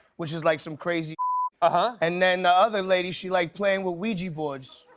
which is like some crazy uh-huh. and then, the other lady, she liked playing with ouija boards.